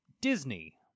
Disney